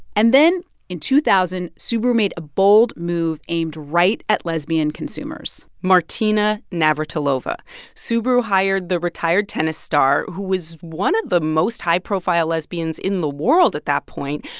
and then in two thousand, subaru made a bold move aimed right at lesbian consumers martina navratilova subaru hired the retired tennis star, who was one of the most high-profile lesbians in the world at that point,